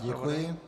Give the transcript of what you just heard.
Děkuji.